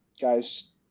guys –